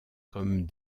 comme